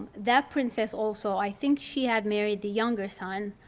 that princess also, i think she had married the younger son.